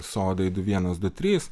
sodai du vienas du trys